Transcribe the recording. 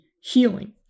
healing